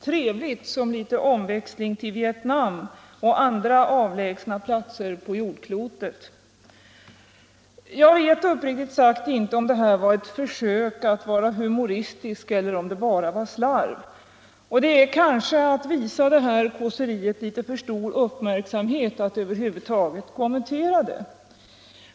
Trevligt som litet omväxling till Vietnam och andra avlägsna platser på jordklotet.” Jag vet uppriktigt sagt inte om det här var ett försök att vara humoristisk eller om det bara var slarv, och det är kanske att visa detta kåseri litet för stor uppmärksamhet att över huvud taget kommentera det.